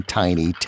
tiny